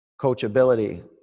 coachability